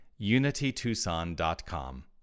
unitytucson.com